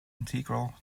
integral